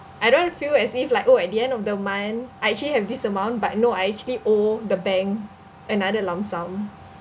I don't feel as if like oh at the end of the month I actually have this amount but no I actually owe the bank another lump sum